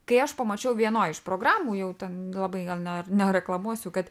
kai aš pamačiau vienoj iš programų jau ten labai gal ner nereklamuosiu kad